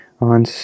on